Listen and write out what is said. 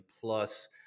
plus